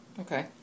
Okay